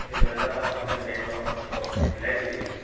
এই দুহেজাৰ পাঁচ চনৰ সেই বেকলগ পষ্টত মই চিলেক হৈছিলোঁ